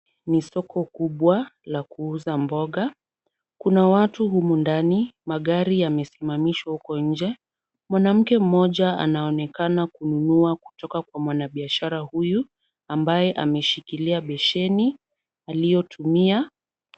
Ni somo kubwa la kuuza mboga. Kuna watu humu ndani, magari yamesimamishwa huko nje. Mwanamke mmoja anaonekana kununua kutoka kwa mwanabiashara huyu ambaye ameshikilia besheni aliyotumia.